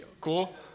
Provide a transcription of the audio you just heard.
Cool